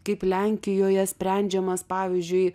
kaip lenkijoje sprendžiamas pavyzdžiui